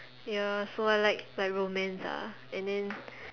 ya so I like like romance ah and then